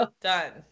Done